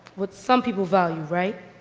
what some people value, right?